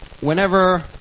whenever